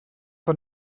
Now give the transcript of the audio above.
vor